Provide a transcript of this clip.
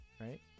Right